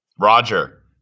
Roger